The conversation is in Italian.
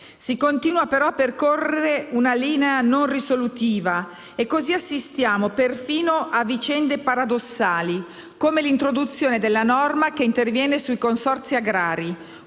Si continua però a percorrere una linea non risolutiva e cosi assistiamo perfino a vicende paradossali, come l'introduzione della norma che interviene sui consorzi agrari,